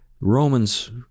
Romans